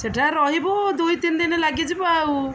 ସେଠାରେ ରହିବୁ ଦୁଇ ତିନି ଦିନ ଲାଗିଯିବ ଆଉ